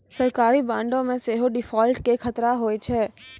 सरकारी बांडो मे सेहो डिफ़ॉल्ट के खतरा होय छै